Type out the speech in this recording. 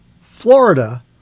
Florida